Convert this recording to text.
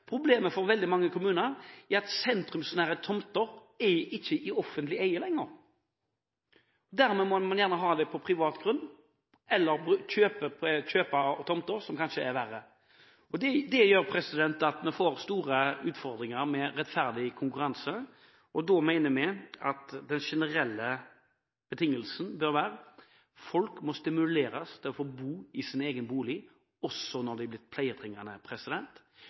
Problemet for veldig mange kommuner er at sentrumsnære tomter ikke lenger er i offentlig eie. Dermed må man bygge på privat grunn eller kanskje kjøpe tomter, som kanskje er verre. Det gjør at man får store utfordringer med rettferdig konkurranse. Vi mener at den generelle betingelsen bør være at folk må stimuleres til å bo i sin egen bolig, også når de er blitt pleietrengende.